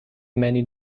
many